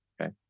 Okay